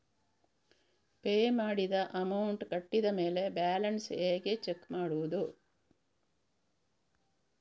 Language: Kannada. ಪೇ ಮಾಡಿದ ಅಮೌಂಟ್ ಕಟ್ಟಿದ ಮೇಲೆ ಬ್ಯಾಲೆನ್ಸ್ ಹೇಗೆ ಚೆಕ್ ಮಾಡುವುದು?